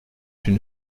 une